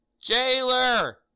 jailer